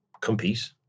compete